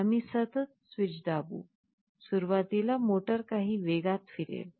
आम्ही सतत स्विच दाबू सुरुवातीला मोटार काही वेगात फिरेल